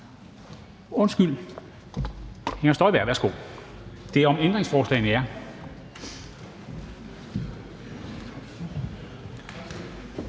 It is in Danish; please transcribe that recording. undskyld